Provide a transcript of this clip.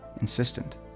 insistent